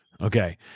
okay